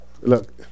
Look